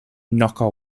knocker